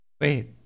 Wait